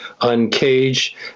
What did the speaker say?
Uncaged